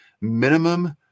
minimum